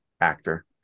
actor